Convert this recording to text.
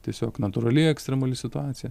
tiesiog natūraliai ekstremali situacija